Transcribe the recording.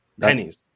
pennies